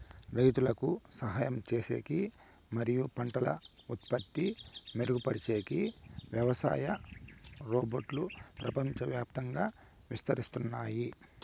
రైతులకు సహాయం చేసేకి మరియు పంటల ఉత్పత్తి మెరుగుపరిచేకి వ్యవసాయ రోబోట్లు ప్రపంచవ్యాప్తంగా విస్తరిస్తున్నాయి